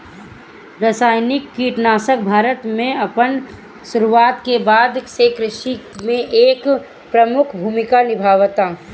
रासायनिक कीटनाशक भारत में अपन शुरुआत के बाद से कृषि में एक प्रमुख भूमिका निभावता